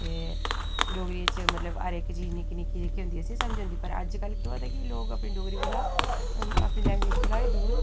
ते डोगरी बिच मतलब हर इक चीज निक्की निक्की जेह्की हुंदी असेंगी समझ औंदी पर अजकल केह् होआ दा ऐ कि लोग अपनी डोगरी कोलां अपनी लैंग्वेज कोला दूर